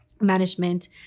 management